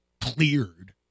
cleared